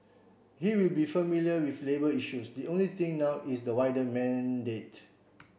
he will be familiar with labour issues the only thing now is the wider mandate